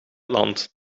land